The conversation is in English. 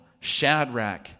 Shadrach